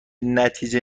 نتیجه